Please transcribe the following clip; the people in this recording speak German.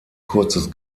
kurzes